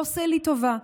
לא עושה לי טובה,